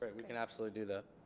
we can absolutely do that.